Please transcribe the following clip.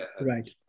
Right